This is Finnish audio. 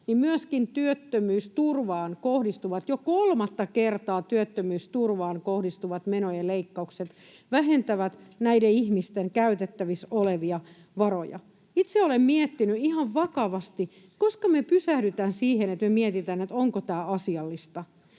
niin myöskin työttömyysturvaan kohdistuvat — jo kolmatta kertaa työttömyysturvaan kohdistuvat — menojen leikkaukset vähentävät näiden ihmisten käytettävissä olevia varoja. Itse olen miettinyt ihan vakavasti, koska me pysähdytään siihen, että me mietitään, onko tämä asiallista.